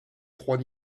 trois